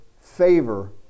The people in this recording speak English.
favor